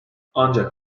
ancak